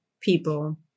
people